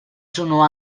sono